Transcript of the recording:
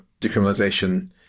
decriminalisation